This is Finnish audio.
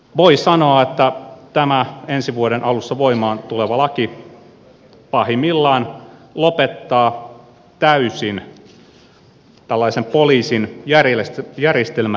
voi sanoa että tämä ensi vuoden alussa voimaan tuleva laki pahimmillaan lopettaa täysin tällaisen poliisin järjestelmällisen tietolähdetoiminnan